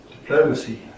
diplomacy